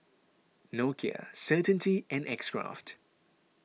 Nokia Certainty and X Craft